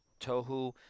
Tohu